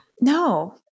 No